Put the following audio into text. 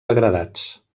degradats